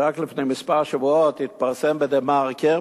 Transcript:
רק לפני כמה שבועות התפרסם ב"דה מרקר",